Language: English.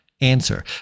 answer